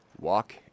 Walk